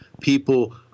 people